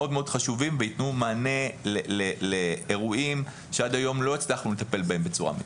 חשובים שיתנו מענה לאירועים שעד היום לא הצלחנו לטפל בהם בצורה מיטבית.